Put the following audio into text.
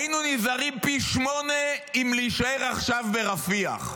היינו נזהרים פי שמונה אם להישאר עכשיו ברפיח,